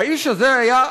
האיש הזה היה,